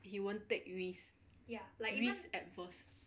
he won't take risk risk adverse